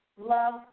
Love